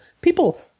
People